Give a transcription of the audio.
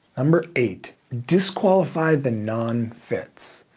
number eight, disqualify the non-fits.